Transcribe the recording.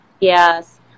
yes